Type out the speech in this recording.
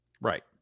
Right